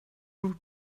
brew